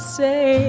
say